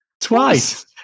twice